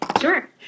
Sure